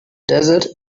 desert